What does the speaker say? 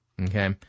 Okay